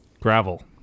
Gravel